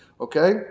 okay